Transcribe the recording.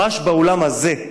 ממש באולם הזה,